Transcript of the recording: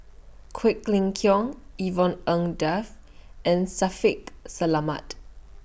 Quek Ling Kiong Yvonne Ng Uhde and Shaffiq Selamat